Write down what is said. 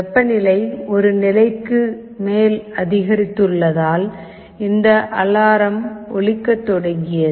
வெப்பநிலை ஒரு நிலைக்கு மேல் அதிகரித்துள்ளதால் இந்த அலாரம் ஒலிக்கத் தொடங்கியது